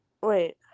wait